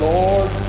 Lord